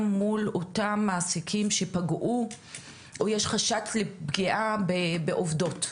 מול אותם המעסיקים שפגעו או יש חשד לפגיעה בעובדות,